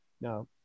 Now